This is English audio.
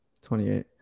28